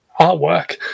artwork